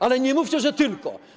Ale nie mówcie, że tylko.